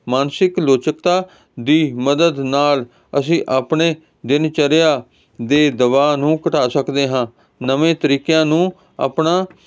ਮਾਨਸਿਕ ਲਚਕਤਾ ਦੀ ਮਦਦ ਨਾਲ ਅਸੀਂ ਆਪਣੇ ਦਿਨਚਰਿਆ ਦੇ ਦਬਾਅ ਨੂੰ ਘਟਾ ਸਕਦੇ ਹਾਂ ਨਵੇਂ ਤਰੀਕਿਆਂ ਨੂੰ ਆਪਣਾ